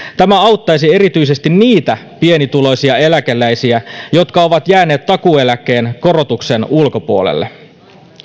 tämä auttaisi erityisesti niitä pienituloisia eläkeläisiä jotka ovat jääneet takuueläkkeen korotuksen ulkopuolelle